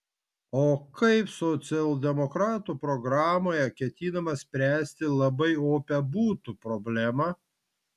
o kaip socialdemokratų programoje ketinama spręsti labai opią butų problemą